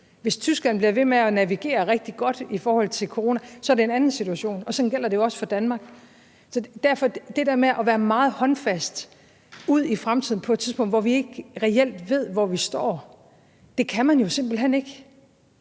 Hvis Tyskland bliver ved med at navigere rigtig godt i forhold til corona, er det en anden situation. Og sådan gælder det jo også for Danmark. Så derfor vil jeg til det der med at være meget håndfast med hensyn til fremtiden på et tidspunkt, hvor vi ikke reelt ved, hvor vi står, sige: Det kan man jo simpelt hen ikke.